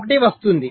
01 వస్తుంది